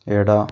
ಎಡ